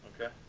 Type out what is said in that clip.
okay